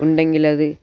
ഉണ്ടെങ്കിൽ അത്